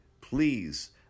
please